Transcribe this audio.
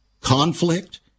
conflict